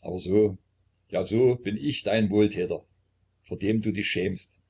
aber so ja so bin ich dein wohltäter vor dem du dich schämst